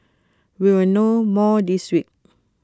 we will know more this week